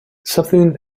something